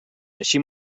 així